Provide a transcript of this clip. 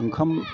ओंखाम